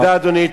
תודה, אדוני.